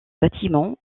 bâtiments